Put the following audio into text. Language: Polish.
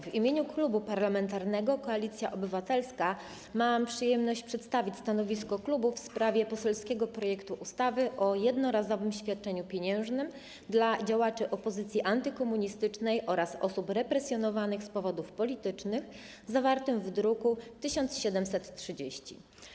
W imieniu Klubu Parlamentarnego Koalicja Obywatelska mam przyjemność przedstawić stanowisko w sprawie poselskiego projektu ustawy o jednorazowym świadczeniu pieniężnym dla działaczy opozycji antykomunistycznej oraz osób represjonowanych z powodów politycznych, druk nr 1730.